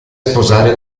sposare